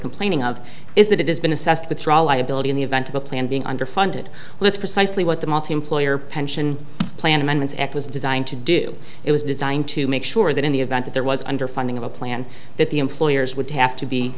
complaining of is that it has been assessed withdraw liability in the event of a plan being underfunded let's precisely what the multiemployer pension plan amendments act was designed to do it was designed to make sure that in the event that there was underfunding of a plan that the employers would have to be